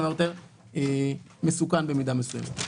כלומר יותר מסוכן במידה מסוימת.